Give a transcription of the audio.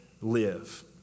live